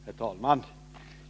Herr talman!